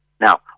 Now